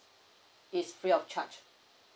it's free of charge